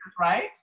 right